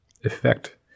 effect